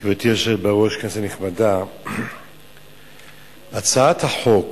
גברתי היושבת בראש, כנסת נכבדה, הצעת החוק